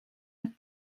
het